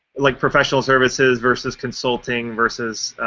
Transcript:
like professional services versus consulting versus